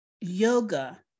yoga